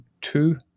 two